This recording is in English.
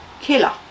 killer